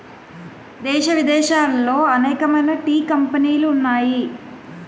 దేశ విదేశాలలో అనేకమైన టీ కంపెనీలు ఉన్నాయి